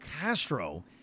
Castro